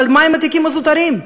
מה הם התיקים הזוטרים.